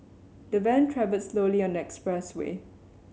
the van travelled slowly on the expressway